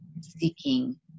seeking